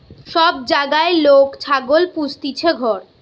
সব জাগায় লোক ছাগল পুস্তিছে ঘর